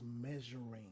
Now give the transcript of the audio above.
measuring